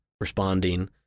responding